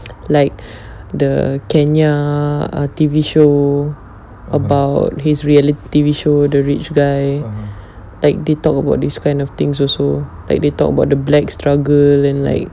like the kenya err T_V show about his reality T_V show the rich guy like they talk about these kind of things also like they talk about the black struggle in like